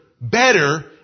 better